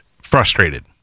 frustrated